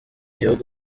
bihugu